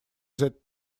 that